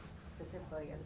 specifically